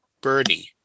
Birdie